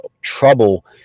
trouble